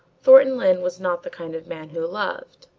thornton lyne was not the kind of man who loved.